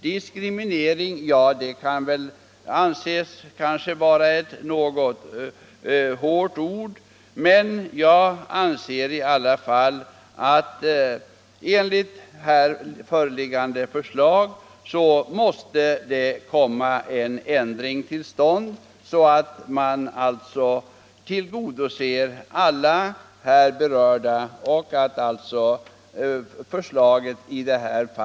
Diskriminering kan tyckas vara ett hårt ord, men jag anser i alla fall att enligt här föreliggande förslag måste en ändring komma till stånd så att man tillgodoser alla här berörda.